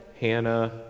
Hannah